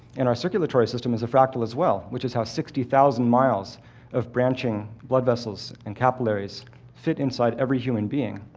and our circulatory system is a fractal as well, which is how sixty thousand miles of branching blood vessels and capillaries fit inside every human being.